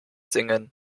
singen